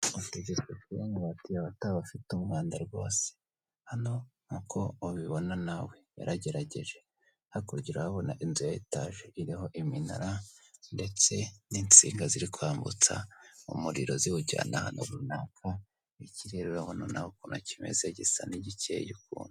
Utegetswe kuba amabati yawe ataba afite umwanda rwose, hano nk'uko ubibona nawe yaragerageje, hakurya urahabona inzu ya etaje iriho iminara ndetse n'insinga ziri kwambutsa umuriro ziwujyana ahantu runaka, ikirere urabona nawe ukuntu kimeze gisa n'igikeye ukuntu.